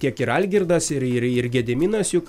tiek ir algirdas ir ir ir gediminas juk